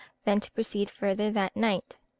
than to proceed further that night.